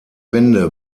wende